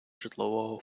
житлового